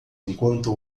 enquanto